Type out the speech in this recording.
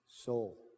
soul